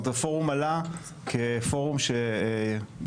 זאת אומרת הפורום עלה כפורום שבעצם,